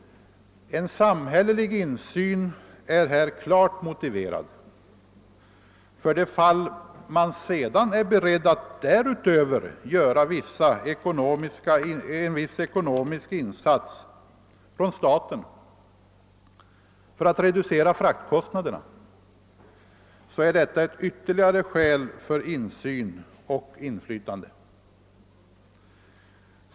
En samhällelig insyn är här klart motiverad. För det fall man sedan är beredd att därutöver göra en viss ekonomisk insats från staten för att reducera fraktkostnaderna är detta ett ytterligare skäl för insyn och inflytande.